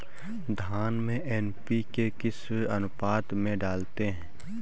धान में एन.पी.के किस अनुपात में डालते हैं?